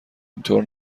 اینطور